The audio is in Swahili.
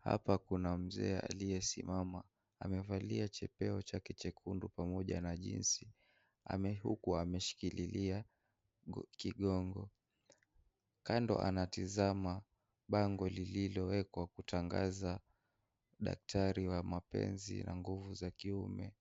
Hapa kuna mzee aliyesimama, amevalia chepeo chake chekundu pamoja na jinsi, ame, huku ameshikilia, kigongo, kando anatazama, bango lililowekwa kutangaza, daktari wa mapenzi na nguvu za kiume,